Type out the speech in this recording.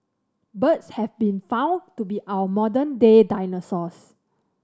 birds have been found to be our modern day dinosaurs